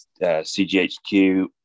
CGHQ